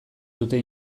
dute